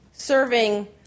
serving